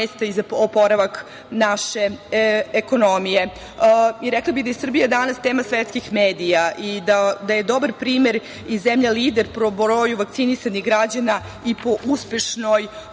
i za oporavak naše ekonomije. Rekla bih da je Srbija danas tema svetskih medija i da je dobar primer i zemlja lider po broju vakcinisanih građana i po uspešno